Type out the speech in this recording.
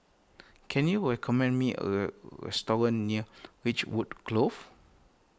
can you recommend me a restaurant near Ridgewood Close